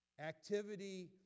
Activity